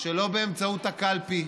שלא באמצעות הקלפי,